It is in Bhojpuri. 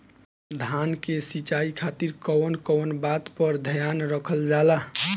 धान के सिंचाई खातिर कवन कवन बात पर ध्यान रखल जा ला?